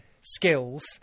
skills